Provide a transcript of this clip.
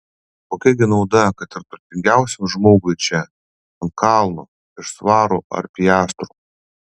kokia gi nauda kad ir turtingiausiam žmogui čia ant kalno iš svarų ar piastrų